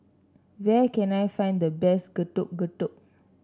where can I find the best Getuk Getuk